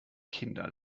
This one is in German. kinder